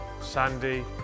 Sandy